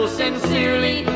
sincerely